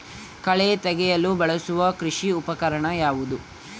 ಕಳೆ ತೆಗೆಯಲು ಬಳಸುವ ಕೃಷಿ ಉಪಕರಣ ಯಾವುದು?